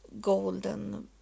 golden